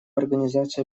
организации